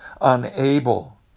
unable